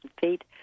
feet